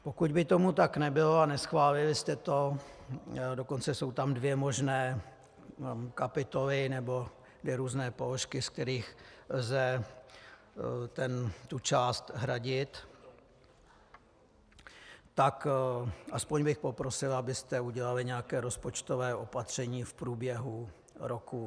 Pokud by tomu tak nebylo a neschválili jste to dokonce jsou tam dvě možné kapitoly nebo dvě různé položky, z kterých lze tu část hradit , tak aspoň bych poprosil, abyste udělali nějaké rozpočtové opatření v průběhu roku.